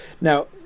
Now